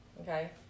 Okay